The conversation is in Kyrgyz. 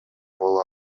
боло